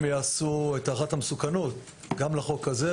יעשו את הערכת המסוכנות גם לחוק הזה,